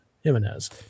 Jimenez